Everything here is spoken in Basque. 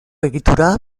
egitura